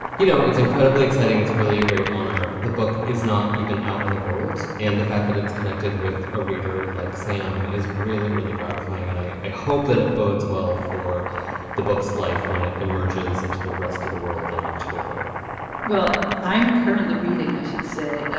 you know, it's incredibly exciting. it's really a great honor. the book is not even out in the world. and the fact that it's connected with a reader like sam is really, really gratifying. and i i hope that it bodes well for the book's life when it emerges into the rest of the world in october well, i'm currently reading, i should say,